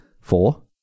Four